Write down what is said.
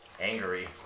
Angry